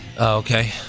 Okay